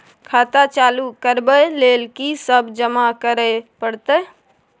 खाता चालू करबै लेल की सब जमा करै परतै?